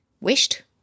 wished